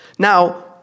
Now